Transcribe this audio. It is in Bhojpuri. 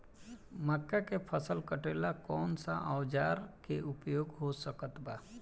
मक्का के फसल कटेला कौन सा औजार के उपयोग हो सकत बा?